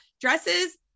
dresses